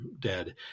dead